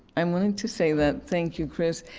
um wanted to say that, thank you, chris.